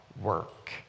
work